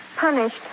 Punished